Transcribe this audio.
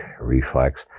reflex